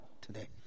today